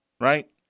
Right